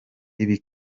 ibi